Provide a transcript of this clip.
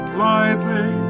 lightly